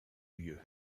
lieu